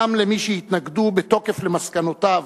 גם למי שהתנגדו בתוקף למסקנותיו